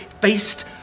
based